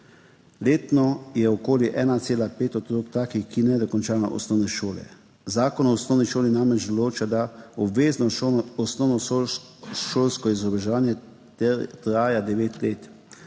Letno je okoli 1,5 % otrok takih, ki ne dokončajo osnovne šole. Zakon o osnovni šoli namreč določa, da obvezno osnovnošolsko izobraževanje traja devet